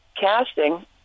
casting